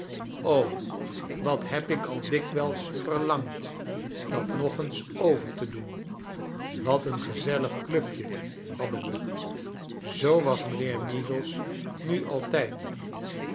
wat heb ik al dikwijls verlangd dat nog eens over te doen wat een gezellig clubje hadden we zoo was mijnheer meagles nu altijd